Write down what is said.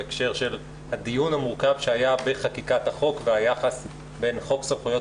בהקשר לדיון המורכב שהיה בחקיקת החוק והיחס בין חוק סמכויות